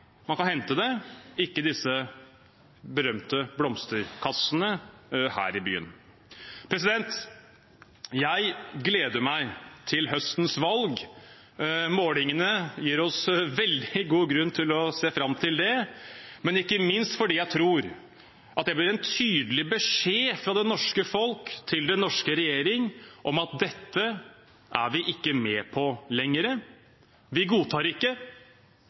man kan hente det – ikke i de berømte blomsterkassene her i byen. Jeg gleder meg til høstens valg. Målingene gir oss veldig god grunn til å se fram til det, men ikke minst også fordi jeg tror det blir en tydelig beskjed fra det norske folk til regjeringen om at dette er vi ikke med på lenger. Vi godtar ikke